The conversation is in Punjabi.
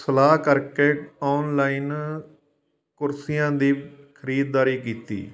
ਸਲਾਹ ਕਰਕੇ ਔਨਲਾਈਨ ਕੁਰਸੀਆਂ ਦੀ ਖਰੀਦਦਾਰੀ ਕੀਤੀ